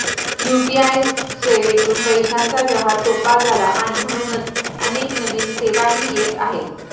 UPI सेवेतून पैशांचा व्यवहार सोपा झाला आणि म्हणूनच अनेक नवीन सेवाही येत आहेत